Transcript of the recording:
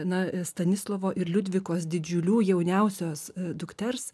na stanislovo ir liudvikos didžiulių jauniausios dukters